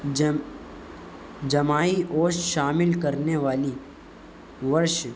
جم جمائی اور شامل کرنے والی ورزش